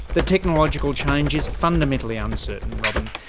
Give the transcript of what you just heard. the technological change is fundamentally uncertain, robyn,